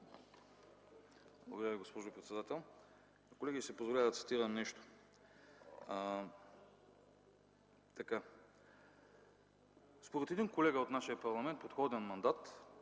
Благодаря, госпожо председател. Колеги, ще си позволя да цитирам нещо. Според един колега от нашия парламент от предходен мандат: